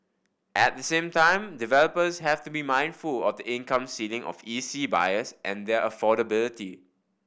at the same time developers have to be mindful of the income ceiling of E C buyers and their affordability